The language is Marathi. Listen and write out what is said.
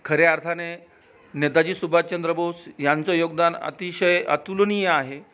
खऱ्या अर्थाने नेताजी सुभाषचंद्र बोस यांचं योगदान अतिशय अतुलनीय आहे